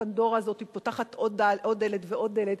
פנדורה הזאת פותחת עוד דלת ועוד דלת.